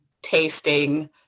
Tasting